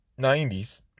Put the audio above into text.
90s